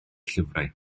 llyfrau